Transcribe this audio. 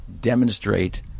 demonstrate